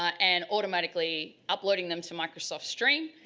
and automatically uploading them to microsoft stream,